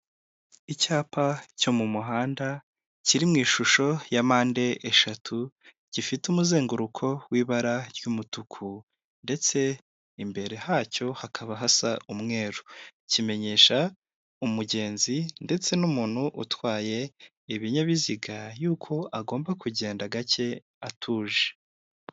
Icyapa cyo mu muhanda kiri mu ishusho ya mpande eshatu, gifite umuzenguruko w'ibara ry'umutuku, ndetse imbere hacyo hakaba hasa umweru, kimenyesha umugenzi ndetse n'umuntu utwaye ibinyabiziga y'uko agomba kugenda gake atuje.